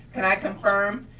can i confirm?